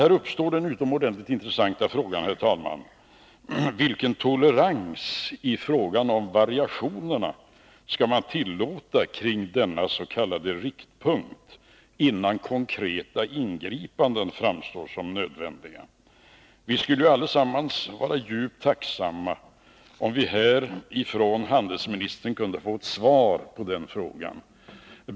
Här uppstår den utomordentligt intressanta frågan: Vilken tolerans i fråga om variationerna skall man tillåta kring dennas.k. riktpunkt innan konkreta ingripanden framstår som nödvändiga? Vi skulle alla vara djupt tacksamma om vi av handelsministern kunde få ett svar på den frågan.